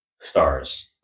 Stars